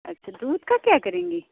अच्छा दूध का क्या करेंगी